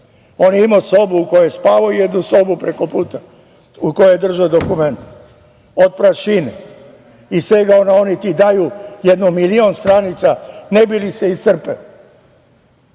On je imao sobu u kojoj se spavao i jednu sobu preko puta u kojoj je držao dokumenta. Od prašine i svega onoga, oni ti daju jedno milion stranica ne bi li se iscrpeo.